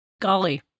Golly